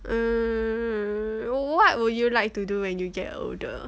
um what would you like to do when you get older